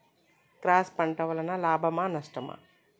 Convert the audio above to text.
Cross పంట వలన లాభమా నష్టమా?